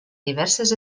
diverses